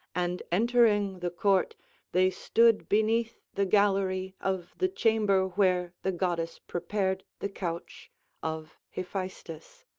and entering the court they stood beneath the gallery of the chamber where the goddess prepared the couch of hephaestus.